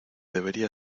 debería